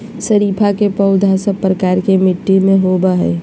शरीफा के पौधा सब प्रकार के मिट्टी में होवअ हई